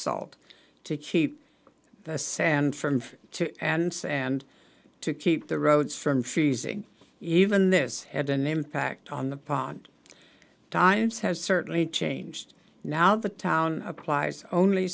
salt to keep the sand from to and and to keep the roads from freezing even this had an impact on the pond times has certainly changed now the town applies only